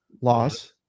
loss